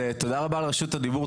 תודה רבה על רשות הדיבור.